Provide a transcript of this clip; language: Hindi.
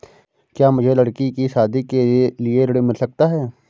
क्या मुझे लडकी की शादी के लिए ऋण मिल सकता है?